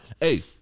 Hey